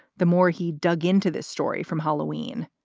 the more he dug into this story from halloween,